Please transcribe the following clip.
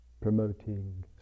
promoting